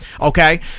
Okay